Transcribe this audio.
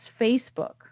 Facebook